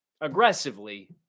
aggressively